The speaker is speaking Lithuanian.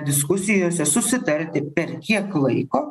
diskusijose susitarti per kiek laiko